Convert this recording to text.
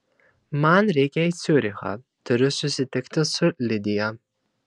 man reikia į ciurichą turiu susitikti su lidija